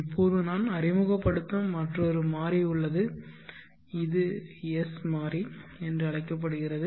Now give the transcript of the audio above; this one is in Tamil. இப்போது நான் அறிமுகப்படுத்தும் மற்றொரு மாறி உள்ளது இது S மாறி என்று அழைக்கப்படுகிறது